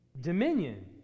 dominion